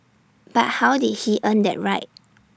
but how did he earn that right